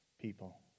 people